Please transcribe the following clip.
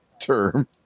term